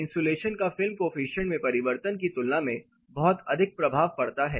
इन्सुलेश का film coefficient में परिवर्तन की तुलना में बहुत अधिक प्रभाव पड़ता है